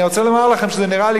אני רוצה לומר לכם שזה נראה לי,